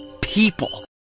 people